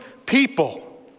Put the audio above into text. People